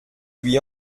lui